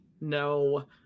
no